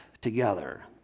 together